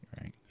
Right